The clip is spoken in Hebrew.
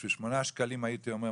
בשביל שמונה שקלים הייתי אומר,